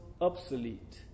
obsolete